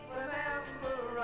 Remember